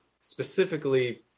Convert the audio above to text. specifically